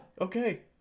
okay